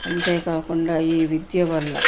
అంతేకాకుండా ఈ విద్య వల్ల